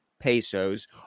pesos